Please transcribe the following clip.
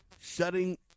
shutting